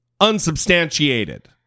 unsubstantiated